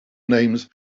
names